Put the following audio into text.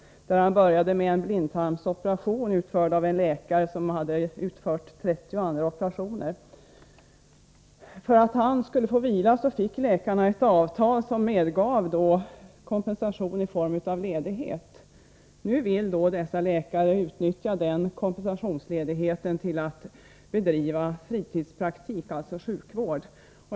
Han började med att berätta om en blindtarmsoperation utförd av en läkare som hade utfört 30 andra operationer. För att få vila fick läkarna ett avtal som medgav kompensation i form av ledighet. Nu vill läkarna utnyttja den kompensationsledigheten till att bedriva fritidspraktik, alltså sjukvård på fritid.